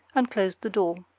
and closed the door.